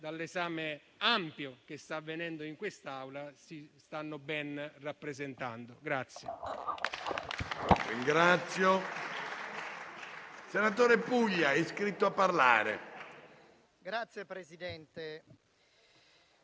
dall'esame ampio che sta avvenendo in Aula, si stanno ben rappresentando.